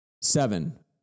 Seven